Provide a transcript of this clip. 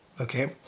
Okay